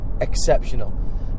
exceptional